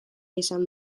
izan